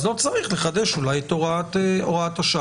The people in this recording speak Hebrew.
אז אולי לא צריך לחדש את הוראת השעה.